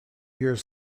years